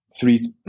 three